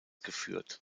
geführt